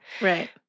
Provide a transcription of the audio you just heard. Right